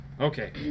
Okay